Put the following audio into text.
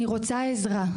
אני רוצה עזרה,